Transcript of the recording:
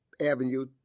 avenue